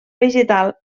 vegetal